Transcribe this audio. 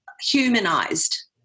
humanized